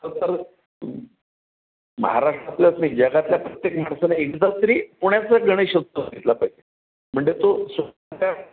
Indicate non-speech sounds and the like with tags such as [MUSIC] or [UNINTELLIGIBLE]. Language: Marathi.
[UNINTELLIGIBLE] तर महाराष्ट्रातल्याच नाही जगातल्या प्रत्येक माणसाने एकदा तरी पुण्याचा गणेशोत्सव घेतला पाहिजे म्हणजे तो [UNINTELLIGIBLE]